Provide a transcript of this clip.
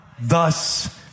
thus